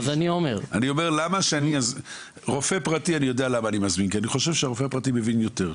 אני מזמין רופא פרטי כי אני חושב שהוא מבין יותר.